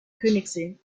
königssee